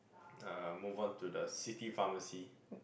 uh move on to the city pharmacy